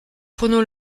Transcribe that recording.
prenons